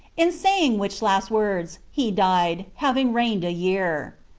in saying which last words he died, having reigned a year.